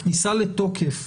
הכניסה לתוקף